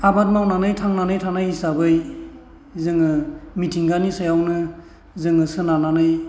आबाद मावनानै थांनानै थानाय हिसाबै जोङो मिथिंगानि सायावनो जोङो सोनारनानै